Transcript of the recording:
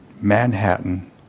Manhattan